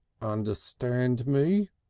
understand me?